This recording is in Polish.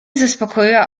zaspokoiła